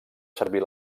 servir